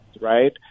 right